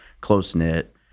close-knit